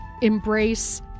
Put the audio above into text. embrace